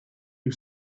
you